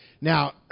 Now